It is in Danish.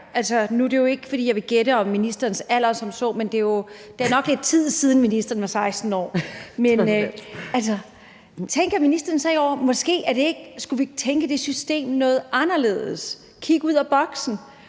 nu er det jo ikke, fordi jeg vil gætte om ministerens alder – at det nok er lidt tid siden, ministeren var 16 år, og om ministeren ikke har tænkt over, at vi måske skulle tænke det system noget anderledes og kigge ud ad boksen.